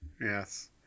yes